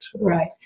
Right